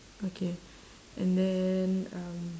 okay and then um